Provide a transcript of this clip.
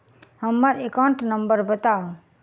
हम्मर account number बताऊ?